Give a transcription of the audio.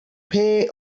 pay